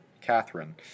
Catherine